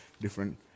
different